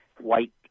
white